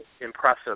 impressive